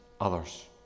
others